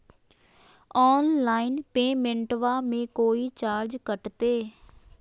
Online पेमेंटबां मे कोइ चार्ज कटते?